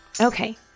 Okay